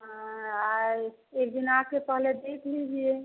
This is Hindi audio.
हाँ आए एक दिन आ कर पहले देख लीजिए